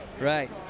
Right